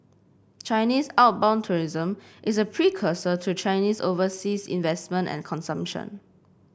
Chinese outbound tourism is a precursor to Chinese overseas investment and consumption